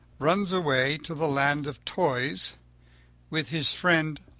runs away to the land of toys with his friend,